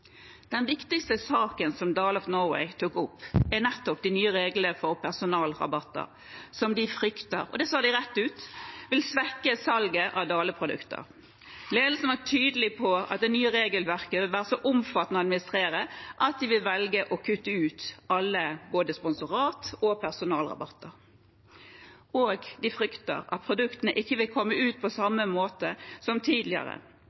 Den viktigste saken som Dale of Norway tok opp, er nettopp de nye reglene for personalrabatter, som de frykter – og det sa de rett ut – vil svekke salget av Dale of Norway-produkter. Ledelsen var tydelig på at det nye regelverket vil være så omfattende å administrere at de vil velge å kutte ut alle sponsorat og personalrabatter. De frykter at produktene ikke vil komme ut på samme måte som tidligere,